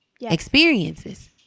experiences